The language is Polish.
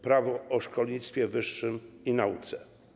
Prawo o szkolnictwie wyższym i nauce.